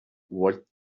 what